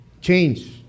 change